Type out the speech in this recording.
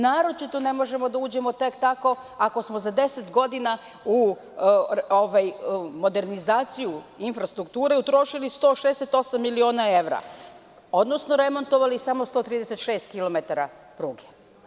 Naročito ne možemo da uđemo tek tako ako smo za 10 godina u modernizaciju infrastrukture utrošili 168.000.000 evra, odnosno remontovali samo 136 kilometara pruge.